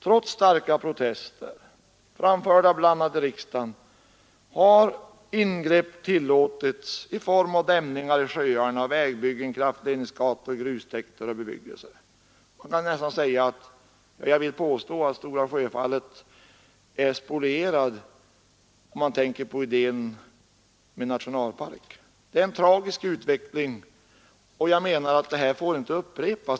Trots starka protester, framförda bl.a. i riksdagen, har ingrepp tillåtits i form av dämningar i sjöarna, vägbyggen, kraftledningsgator, grustäkter och bebyggelse. Jag vill påstå att Stora Sjöfallet är spolierat, om man tänker på idén med nationalpark. Det är en tragisk utveckling, och den får inte upprepas.